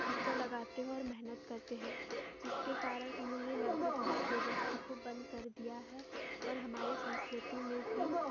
खर्चा लगाते है और मेहनत करते हैं जिसके कारण उन्होंने लगभग इस व्यवसाय को बंद कर दिया है और हमारे संस्कृति में भी